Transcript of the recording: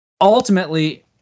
ultimately